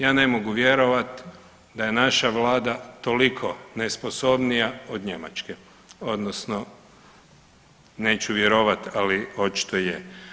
Ja ne mogu vjerovati da je naša Vlada toliko nesposobnija od njemačke, odnosno, neću vjerovati, ali očito je.